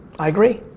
i agree.